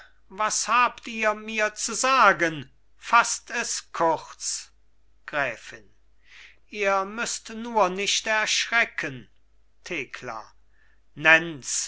was habt ihr mir zu sagen faßt es kurz gräfin ihr müßt nur nicht erschrecken thekla nennts